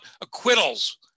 acquittals